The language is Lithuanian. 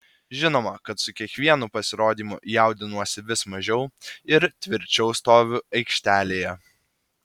žinoma kad su kiekvienu pasirodymu jaudinuosi vis mažiau ir tvirčiau stoviu aikštelėje